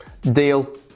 deal